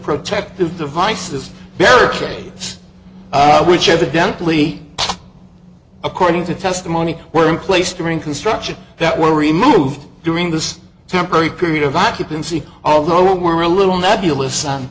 protective devices barricades which evidently according to testimony were in place during construction that were removed during this temporary period of occupancy although we're a little nebulous